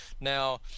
now